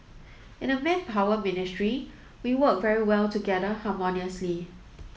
in the Manpower Ministry we work very well together harmoniously